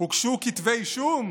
הוגשו כתבי אישום?